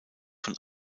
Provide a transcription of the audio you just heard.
von